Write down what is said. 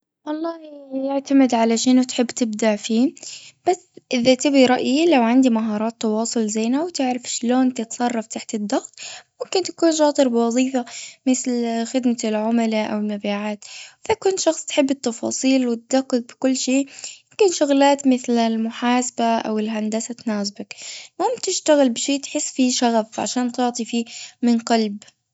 والله يعتمد على شنو تحب تبدع فيه بس إذا تبي رأيي لو عندي مهارات تواصل زينة وتعرف شلون تتصرف تحت الضغط وتدري تكون شاطر بوظيفة مثل خدمة العملاء أو المبيعات إذا كنت بتحب التفاصيل أوتدقق بكل شي كل شغلات مثل المحاسبة أو الهندسة اللي يناسبك المهم تشتغل شي به تحس أنه شغفك عشان تعطي فيه من قلب.